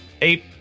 Eight